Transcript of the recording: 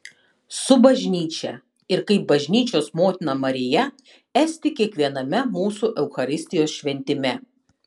su bažnyčia ir kaip bažnyčios motina marija esti kiekviename mūsų eucharistijos šventime